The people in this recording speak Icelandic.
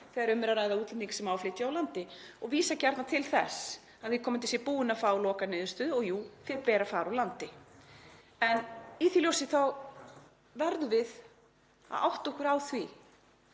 þegar um er að ræða útlending sem á að flytja úr landi og vísa gjarnan til þess að viðkomandi sé búinn að fá lokaniðurstöðu og jú, honum beri að fara úr landi. En í því ljósi verðum við að átta okkur á því